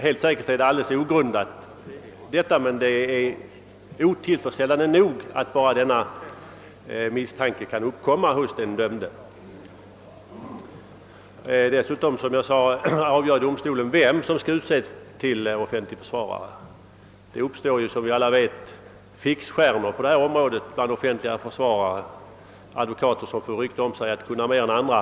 Helt säkert skulle ett sådant antagande vara alldeles ogrundat, men det är otillfredsställande nog att denna misstanke kan uppkomma hos den dömde. Dessutom avgör alltså domstolen vem som skall utses till offentlig försvarare. Som vi alla vet uppstår fixstjärnor på detta område. Vissa advokater får rykte om sig att kunna mer än andra.